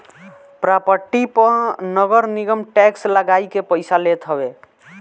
property पअ नगरनिगम tax लगाइ के पईसा लेत हवे